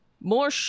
More